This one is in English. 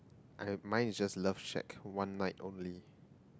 I have mine is just love shack one night only